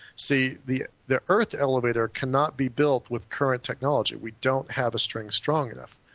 see the the earth elevator cannot be built with current technology, we don't have a strain strong enough.